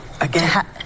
again